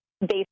based